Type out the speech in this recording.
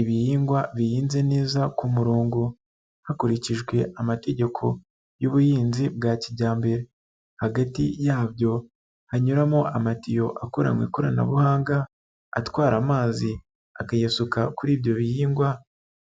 Ibihingwa bihinze neza ku murongo, hakurikijwe amategeko y'ubuhinzi bwa kijyambere, hagati yabyo hanyuramo amatiyo akora mu ikoranabuhanga atwara amazi, akayasuka kuri ibyo bihingwa